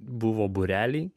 buvo būrelį